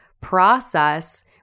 process